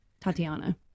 Tatiana